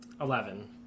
Eleven